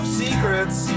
secrets